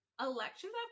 elections